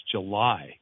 July